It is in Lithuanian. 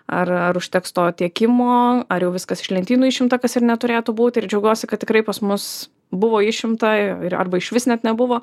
ar ar užteks to tiekimo ar jau viskas iš lentynų išimta kas ir neturėtų būt ir džiaugiuosi kad tikrai pas mus buvo išimta arba išvis net nebuvo